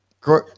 Go